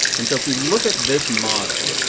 and so if we look at this model,